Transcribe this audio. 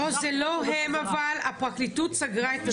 לא, זה לא הם, אבל, הפרקליטות סגרה את התיק.